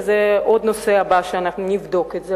זה נושא נוסף שנבדוק אותו,